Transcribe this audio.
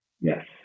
Yes